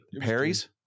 Perry's